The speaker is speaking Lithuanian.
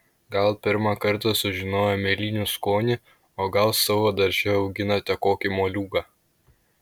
gal pirmą kartą sužinojo mėlynių skonį o gal savo darže auginate kokį moliūgą